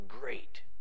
great